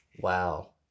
Wow